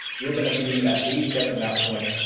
you're gonna be at least up in that point.